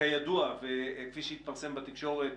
כידוע וכפי שהתפרסם בתקשורת,